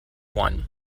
one